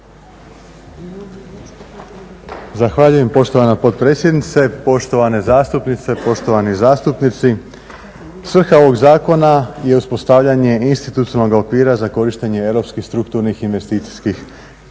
Zahvaljujem poštovana potpredsjednice. Poštovane zastupnice, poštovani zastupnici. Svrha ovog zakona je uspostavljanje institucionalnog okvira za korištenje europskih strukturnih investicijskih